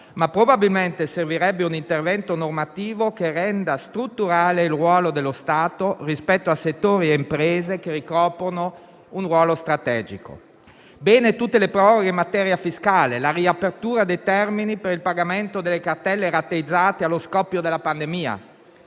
ma probabilmente servirebbe un intervento normativo che renda strutturale il ruolo dello Stato rispetto a settori e imprese che ricoprono un ruolo strategico. Vanno bene tutte le proroghe in materia fiscale; la riapertura dei termini per il pagamento delle cartelle rateizzate allo scoppio della pandemia;